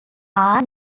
are